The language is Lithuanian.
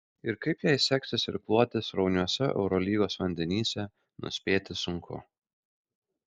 ir kaip jai seksis irkluoti srauniuose eurolygos vandenyse nuspėti sunku